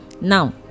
now